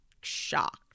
shocked